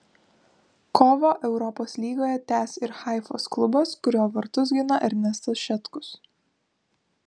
kovą europos lygoje tęs ir haifos klubas kurio vartus gina ernestas šetkus